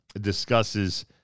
discusses